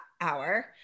hour